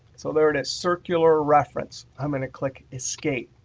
so there it is, circular reference. i'm going to click escape.